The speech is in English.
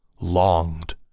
longed